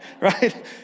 Right